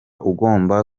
ugomba